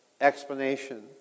explanation